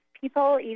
people